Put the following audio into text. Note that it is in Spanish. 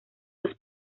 los